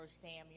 Samuel